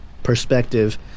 Perspective